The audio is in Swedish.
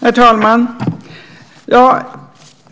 Herr talman!